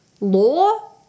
law